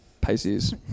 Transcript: Pisces